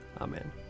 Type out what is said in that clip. Amen